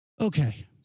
Okay